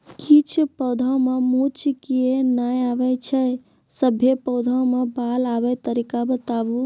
किछ पौधा मे मूँछ किये नै आबै छै, सभे पौधा मे बाल आबे तरीका बताऊ?